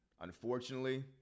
unfortunately